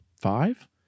five